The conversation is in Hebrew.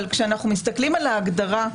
אבל כשאנחנו מסתכלים על ההגדרה,